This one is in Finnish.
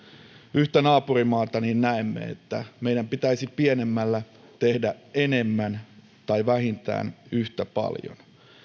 yhtä naapurimaata niin näemme että meidän pitäisi pienemmällä tehdä enemmän tai vähintään yhtä paljon